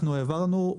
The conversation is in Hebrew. העברנו יותר